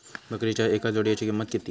बकरीच्या एका जोडयेची किंमत किती?